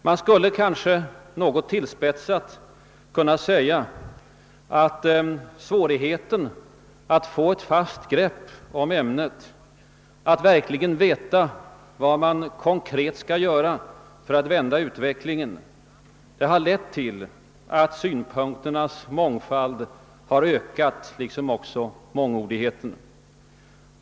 Man skulle kanske något tillspetsat kunna säga, att svårigheten att få ett fast grepp om ämnet och att verkligen veta vad man konkret skall göra för att vända utvecklingen har lett till att synpunkternas mångfald har ökat liksom också mångordigheten.